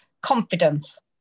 confidence